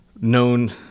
known